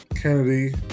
Kennedy